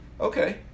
Okay